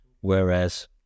whereas